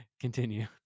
continue